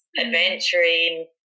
adventuring